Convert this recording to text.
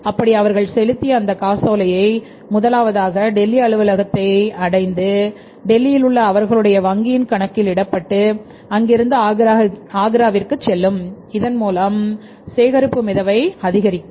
அப்படி அவர்கள் செலுத்திய அந்த காசோலையை முதலாவதாக டெல்லி அலுவலகத்தை அடைந்து டெல்லியில் உள்ள அவர்களுடைய வங்கியின் கணக்கில் இடப்பட்டு அங்கிருந்து ஆக்ராவிற்கு செல்லும் இதன் மூலம் சேகரிப்பு மிதவை அதிகரிக்கும்